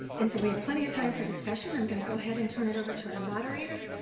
and so we have plenty of time for discussion, i'm going to go ahead and turn it over to our moderator,